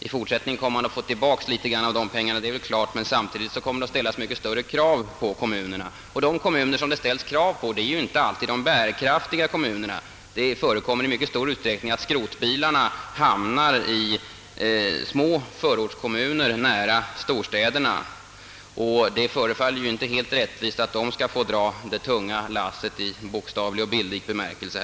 I fortsättningen kommer man att få tillbaka litet av de pengarna — det är väl klart — men samtidigt kommer det att ställas mycket större krav på kommunerna. Och de kommuner som det ställs krav på är ju inte alltid de bärkraftiga kommunerna. Det förekommer i mycket stor utsträckning att skrotbilarna hamnar i små förortskommuner nära storstäderna, och det förefaller ju inte helt rättvist att de skall få dra det tunga lasset i bokstavlig och bildlig bemärkelse.